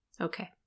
Okay